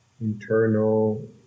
internal